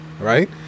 right